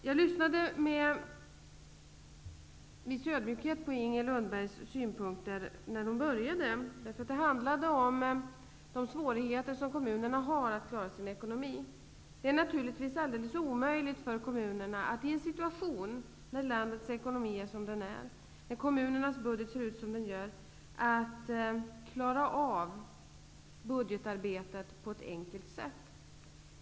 Jag lyssnade på Inger Lundbergs synpunkter i början av hennes anförande. Det handlade om de svårigheter som kommunerna har att klara sin ekonomi. Det är naturligtvis alldeles omöjligt för kommunerna att i en situation där landets ekonomi är som den är och kommunernas budgetar ser ut som se gör att klara av budgetarbetet på ett enkelt sätt.